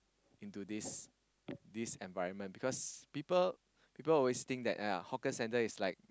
into this this environment because people people always think that that !aiya! hawker centre is like